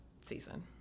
season